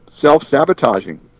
self-sabotaging